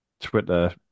Twitter